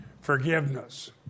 forgiveness